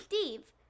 Steve